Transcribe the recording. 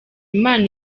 imana